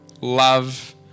love